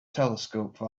telescope